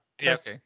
Yes